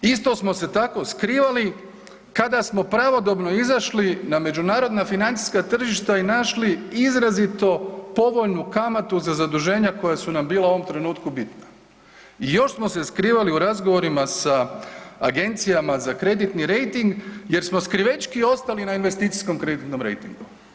Isto smo se tako skrivali kada smo pravodobno izašli na međunarodna financijska tržišta i našli izrazito povoljnu kamatu za zaduženja koja su nam bila u ovom trenutku bitna i još smo se skrivali u razgovorima sa Agencijama za kreditni rejting jer smo skrivećki ostali na investicijskom kreditnom rejtingu.